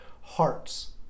hearts